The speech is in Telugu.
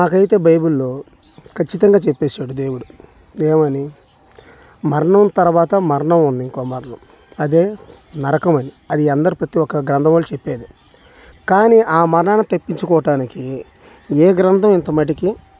మాకు అయితే బైబిల్లో ఖచ్చితంగా చెప్పేసాడు దేవుడు ఏమి అని మరణం తరువాత మరణం ఉంది ఇంకొక మరణం అదే నరకం అని అది అందరి ప్రతీ ఒక్క గ్రంథము వాళ్ళు చెప్పేదే కానీ ఆ మరణాన్ని తప్పించుకోవటానికి ఏ గ్రంథం ఎంత మట్టుకీ